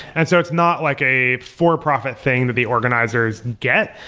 and so it's not like a for-profit thing that the organizers get.